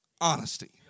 honesty